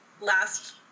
last